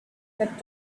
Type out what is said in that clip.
that